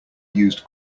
used